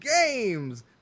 games